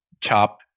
CHOP